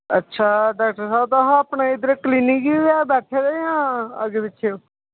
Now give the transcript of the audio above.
अच्छा डाक्टर साह्व तुस अपने इद्धर कलिनिंक गै बैठेदे जां अग्गें पिच्छे ओ